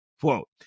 quote